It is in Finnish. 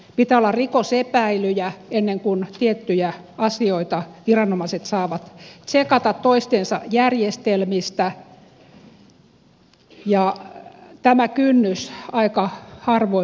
pitää olla rikosepäilyjä ennen kuin viranomaiset saavat tsekata tiettyjä asioita toistensa järjestelmistä ja tämä kynnys aika harvoin voidaan ylittää